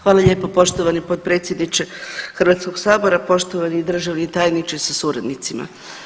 Hvala lijepo poštovani potpredsjedniče Hrvatskoga sabora, poštovani državni tajniče sa suradnicima.